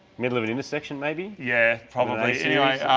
middle of the intersection, maybe? yeah, probably. anyway,